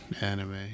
anime